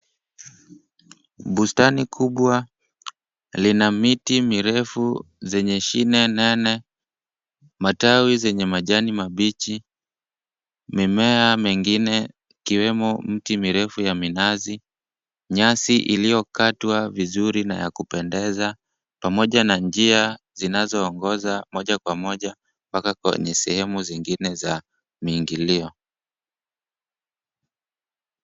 Bustani kubwa lina miti mirefu zenye shine nene, matawi zenye majani mabichi, mimea mengine ikiwemo, mti mrefu ya minazi, nyasi iliyokatwa vizuri na ya kupendeza, pamoja na njia zinazoongoza moja kwa moja mpaka kwenye sehemu zingine za miingilio.